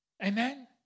Amen